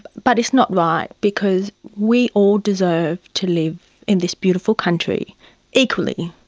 but it's not right because we all deserve to live in this beautiful country equally.